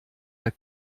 der